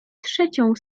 trzecią